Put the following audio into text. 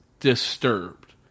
disturbed